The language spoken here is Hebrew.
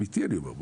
אמיתי אני אומר.